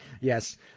Yes